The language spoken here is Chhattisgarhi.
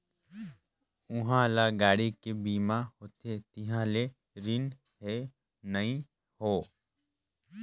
उहां ल गाड़ी के बीमा होथे तिहां ले रिन हें नई हों